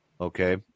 Okay